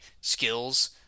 skills